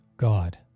God